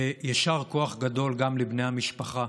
יישר כוח גדול גם לבני המשפחה.